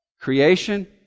Creation